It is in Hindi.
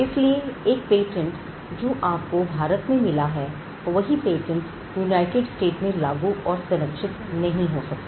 इसलिए एक पेटेंट जो आपको भारत में मिला है वही पेटेंट यूनाइटेड स्टेट में लागू और संरक्षित नहीं हो सकता